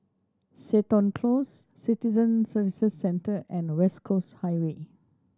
Seton Close Citizen Services Centre and West Coast Highway